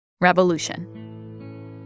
revolution